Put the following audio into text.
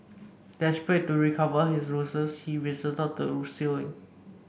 desperate to recover his losses he resorted to stealing